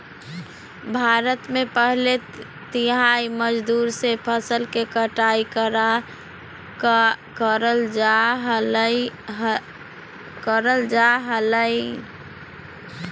भारत में पहले दिहाड़ी मजदूर से फसल के कटाई कराल जा हलय